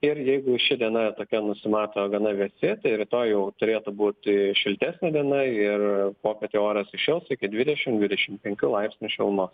ir jeigu ši diena tokia nusimato gana vėsi tai rytoj jau turėtų būti šiltesnė diena ir popietę oras įšils iki dvidešim dvidešim penkių laipsnių šilumos